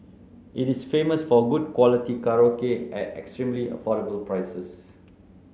it is famous for a good quality karaoke at extremely affordable prices